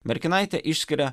merkinaitė išskiria